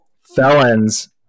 felons